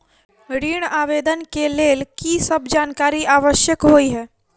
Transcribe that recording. ऋण आवेदन केँ लेल की सब जानकारी आवश्यक होइ है?